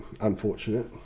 unfortunate